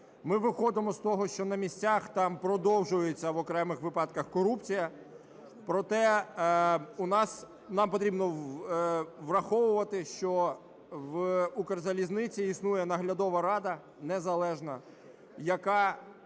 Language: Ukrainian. Ми виходимо з того, що на місцях там продовжується в окремих випадках корупція. Проте, нам потрібно враховувати, що в "Укрзалізниці" існує наглядова рада незалежна, яка